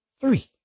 Three